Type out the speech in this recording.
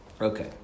Okay